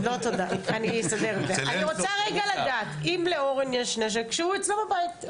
אני רוצה רגע לדעת: אם לאורן יש נשק שהוא אצלו בבית,